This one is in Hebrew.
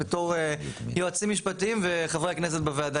בתור יועצים משפטיים וחברי הכנסת בוועדה